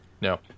no